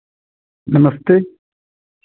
नमस्ते